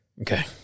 Okay